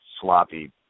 sloppy